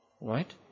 Right